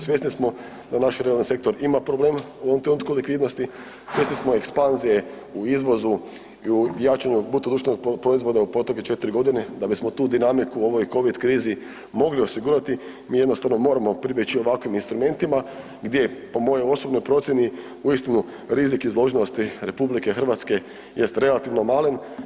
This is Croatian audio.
Svjesni smo da naš realni sektor ima problem u ovom trenutku likvidnosti, svjesni smo ekspanzije u izvozu i u jačanju BDP-a u protekle četiri godine da bismo tu dinamiku u ovoj covid krizi mogli osigurati, mi jednostavno moramo pribjeći ovakvim instrumentima gdje po mojoj osobnoj procjeni uistinu rizik izloženosti RH jest relativno malen.